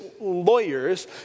lawyers